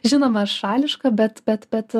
žinoma šališka bet bet bet